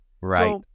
Right